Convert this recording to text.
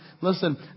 Listen